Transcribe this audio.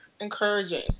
Encouraging